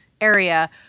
area